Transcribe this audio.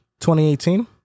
2018